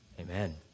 Amen